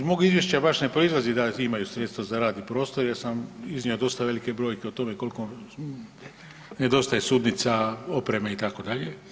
Iz mog izvješća baš ne proizlazi da imaju sredstva za rad i prostor, jer sam iznio dosta velike brojke o tome koliko nedostaje sudnica, opreme itd.